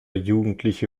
jugendliche